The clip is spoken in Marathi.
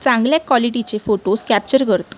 चांगल्या क्वालिटीचे फोटोज कॅप्चर करतो